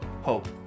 hope